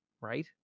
right